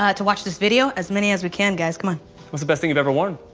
ah to watch this video? as many as we can guys, come on. what's the best thing you've ever worn?